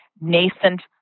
nascent